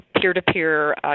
peer-to-peer